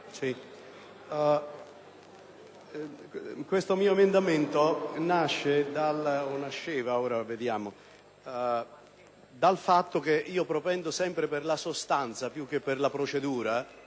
Presidente, l’emendamento 28.40 nasce dal fatto che io propendo sempre per la sostanza piuche per la procedura.